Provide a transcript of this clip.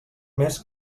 més